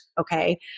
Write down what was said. okay